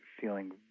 feeling